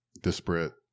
disparate